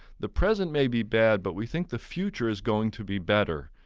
the present may be bad, but we think the future is going to be better.